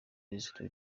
blaze